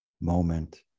moment